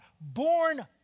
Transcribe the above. born